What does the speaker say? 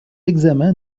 examen